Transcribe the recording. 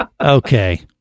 Okay